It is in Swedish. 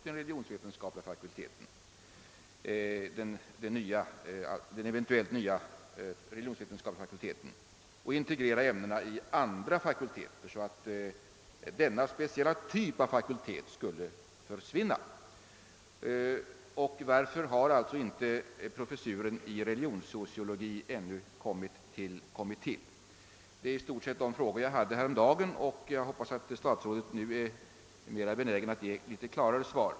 den eventuellt nya religionsvetenskapli ga fakulteten och integrera ämnena i.- andra fakulteter, så att denna speciella | typ av fakultet skulle försvinna? Och: varför har inte professuren i religionssociologi ännu kommit till? Det är i stort sett de frågor jag framställde häromdagen. Jag hoppas att statsrådet nu är mera benägen att ge ett bestämt svar. Herr talman!